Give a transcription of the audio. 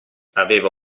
aveva